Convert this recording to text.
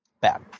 Bad